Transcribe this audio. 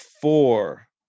four